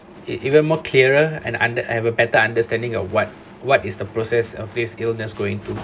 e~ even more clearer and under have a better understanding of what what is the process of this illness going through